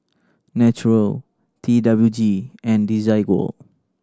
Naturel T W G and Desigual